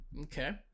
Okay